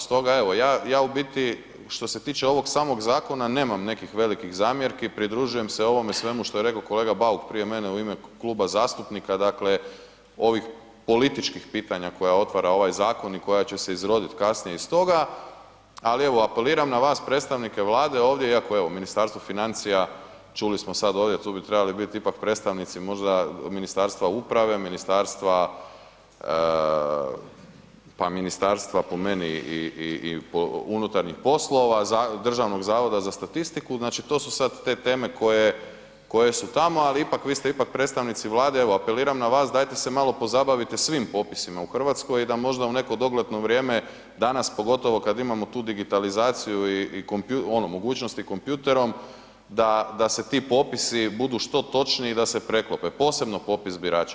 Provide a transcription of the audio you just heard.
Stoga evo, ja u biti što se tiče ovog samog zakona, nema nekih velikih zamjerki, pridružujem se ovome svemu što je rekao kolega Bauk prije mene u ime kluba zastupnika, dakle ovih političkih pitanja koje otvara ovaj zakon i koja će se izroditi kasnije iz toga ali evo apeliram na vas predstavnike Vlade ovdje iako evo, Ministarstvo financija, čuli smo sad ovdje, tu bi trebali biti ipak predstavnici možda Ministarstva uprave, ministarstva, pa ministarstva po meni i, i, i po unutarnjih poslova, Državnog zavoda za statistiku, znači to su sad te teme koje, koje su tamo, al ipak vi ste ipak predstavnici Vlade, evo apeliram na vas dajte se malo pozabavite svim popisima u RH da možda u neko dogledno vrijeme, danas pogotovo kad imamo tu digitalizaciju i, i ono mogućnosti kompjutorom da, da se ti popisi budu što točniji i da se preklope, posebno popis birača.